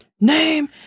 Name